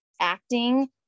acting